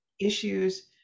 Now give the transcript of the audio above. issues